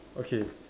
okay